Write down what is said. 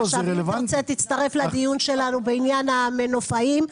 אם תרצה תצטרך לדיון שלנו בעניין המנופאים,